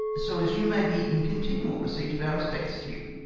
so as you may be in continual receipt of our respects to you.